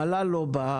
המל"ל לא בא.